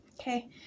Okay